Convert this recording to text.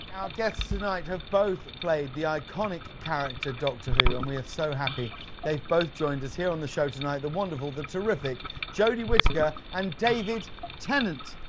guests tonight have both played the iconic character doctor who and we are so happy they both joined us here on the show tonight, the wonderful, the terrific jodie whittaker and david tennant.